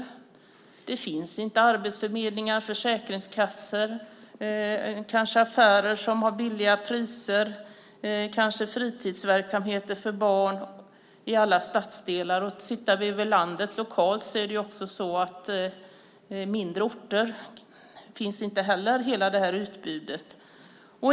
I alla stadsdelar finns inte arbetsförmedling och försäkringskassa och kanske inte heller affärer med låga priser eller olika fritidsverksamheter för barn. Om vi ser på situationen över hela landet finns på mindre orter inte hela det utbudet.